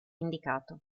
indicato